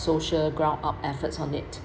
social ground up efforts on it